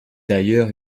d’ailleurs